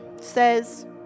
says